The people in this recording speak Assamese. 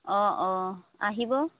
অঁ অঁ আহিব